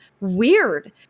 weird